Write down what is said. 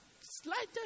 Slightest